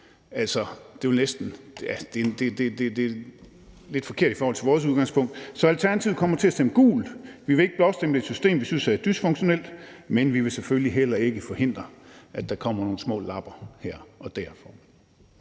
beskæftigelsessystemet. Det er lidt forkert i forhold til vores udgangspunkt, så Alternativet kommer til at stemme gult. Vi vil ikke blåstemple et system, vi synes er dysfunktionelt, men vi vil selvfølgelig heller ikke forhindre, at der kommer nogle små lapper her og der.